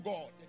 God